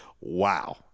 Wow